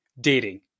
dating